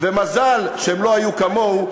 מזל שהם לא היו כמוהו,